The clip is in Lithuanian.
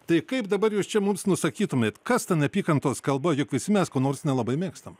tai kaip dabar jūs čia mums nusakytumėt kas ta neapykantos kalba juk visi mes ko nors nelabai mėgstam